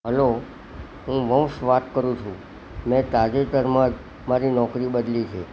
hello હું વંશ વાત કરું છું મેં તાજેતરમાં જ મારી નોકરી બદલી છે